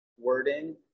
wording